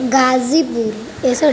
غازی پور